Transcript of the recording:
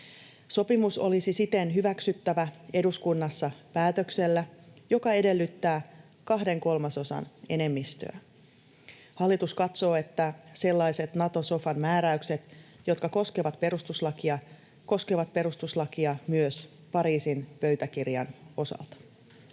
Sopimus olisi siten hyväksyttävä eduskunnassa päätöksellä, joka edellyttää kahden kolmasosan enemmistöä. Hallitus katsoo, että sellaiset Nato-sofan määräykset, jotka koskevat perustuslakia, koskevat perustuslakia myös Pariisin pöytäkirjan osalta.